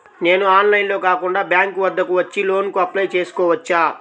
నేను ఆన్లైన్లో కాకుండా బ్యాంక్ వద్దకు వచ్చి లోన్ కు అప్లై చేసుకోవచ్చా?